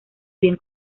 bien